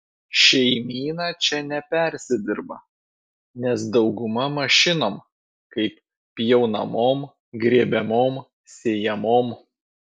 šeimyna čia nepersidirba nes dauguma mašinom kaip pjaunamom grėbiamom sėjamom